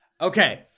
Okay